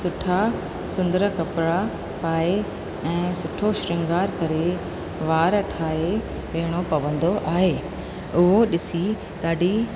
सुठा सुंदर कपिड़ा पाए ऐं सुठो शृंगार करे वार ठाहे वेहणो पवंदो आहे उहो ॾिसी ॾाढी